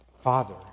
Father